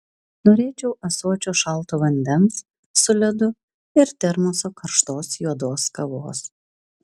norėčiau ąsočio šalto vandens su ledu ir termoso karštos juodos kavos